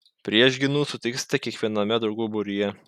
priešgynų sutiksite kiekviename draugų būryje